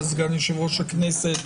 סגן יושב-ראש הכנסת,